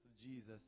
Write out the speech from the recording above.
Jesus